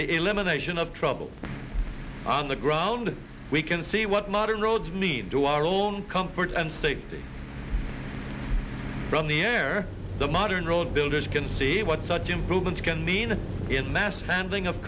the elimination of trouble on the ground we can see what modern roads need to our own comfort and safety from the air the modern road builders can see what such improvements can mean in mass handling of